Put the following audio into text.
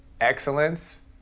excellence